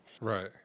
Right